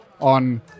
on